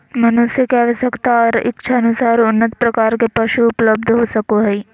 मनुष्य के आवश्यकता और इच्छानुकूल उन्नत प्रकार के पशु उपलब्ध हो सको हइ